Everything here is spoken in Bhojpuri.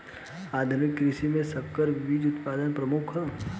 आधुनिक कृषि में संकर बीज उत्पादन प्रमुख ह